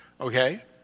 Okay